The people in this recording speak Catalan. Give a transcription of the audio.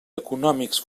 econòmics